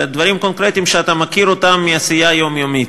אלא דברים קונקרטיים שאתה מכיר מעשייה יומיומית.